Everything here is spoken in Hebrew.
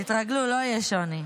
תתרגלו, לא יהיה שוני.